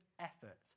effort